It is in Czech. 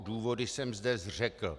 Důvody jsem zde řekl.